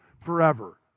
forever